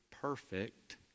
perfect